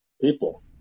people